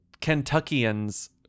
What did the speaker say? Kentuckians